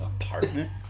apartment